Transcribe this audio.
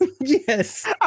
Yes